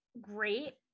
Great